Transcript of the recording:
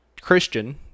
Christian